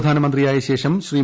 പ്രധാനമന്ത്രിയായശേഷം Shri